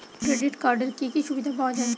Credit কার্ডের কি কি সুবিধা পাওয়া যায়?